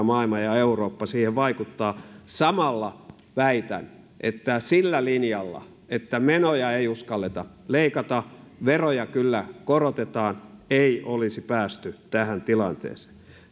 maailma ja eurooppa siihen vaikuttaa samalla väitän että sillä linjalla että menoja ei uskalleta leikata mutta veroja kyllä korotetaan ei olisi päästy tähän tilanteeseen